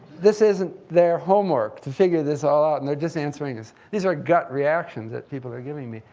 this isn't their homework to figure this all out, and they're just answering this. these are gut reactions that people are giving me.